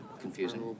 confusing